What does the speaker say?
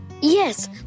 Yes